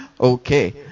okay